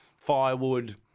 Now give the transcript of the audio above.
firewood